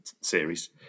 series